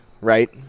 right